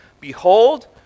Behold